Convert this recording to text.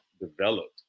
developed